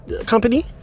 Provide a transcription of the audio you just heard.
company